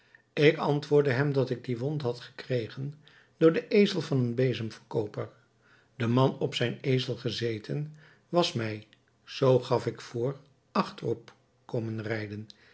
ik antwoordde hem dat ik die wond had gekregen door den ezel van een bezemverkooper de man op zijn ezel gezeten was mij zoo gaf ik voor achter op komen rijden